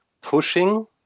pushing